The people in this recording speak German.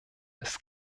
ist